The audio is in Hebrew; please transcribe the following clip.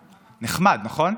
נחמד, נכון?